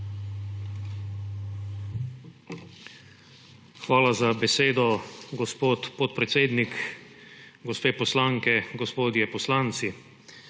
Hvala za besedo, gospod podpredsednik. Gospe poslanke, gospodje poslanci!